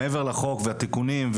מעבר לחוק ולתיקונים,